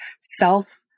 self